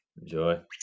enjoy